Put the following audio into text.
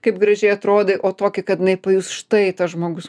kaip gražiai atrodai o tokį kad jinai pajus štai tas žmogus